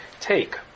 take